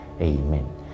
Amen